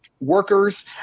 workers